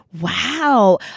Wow